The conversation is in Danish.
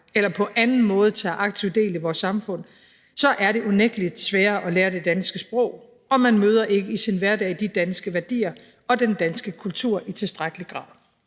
eller på anden måde tager aktivt del i vores samfund, så er det unægtelig sværere at lære det danske sprog, og man møder ikke i sin hverdag de danske værdier og den danske kultur i tilstrækkelig grad.